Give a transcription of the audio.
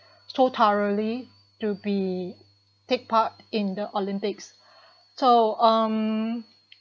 so currently he'll be take part in the Olympics so um